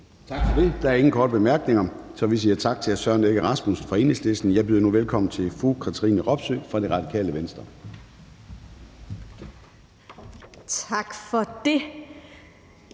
Gade): Der er ingen korte bemærkninger, så vi siger tak til hr. Søren Egge Rasmussen fra Enhedslisten. Jeg byder nu velkommen til fru Katrine Robsøe fra Radikale Venstre. Kl.